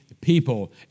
people